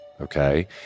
Okay